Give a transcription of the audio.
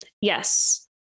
yes